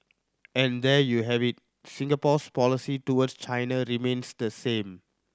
and there you have it Singapore's policy towards China remains the same